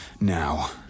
Now